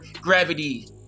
gravity